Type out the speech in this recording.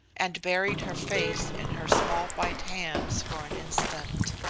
and buried her face in her small white hands for an instant.